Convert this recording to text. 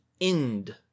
end